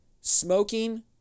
Smoking